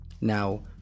Now